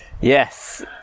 yes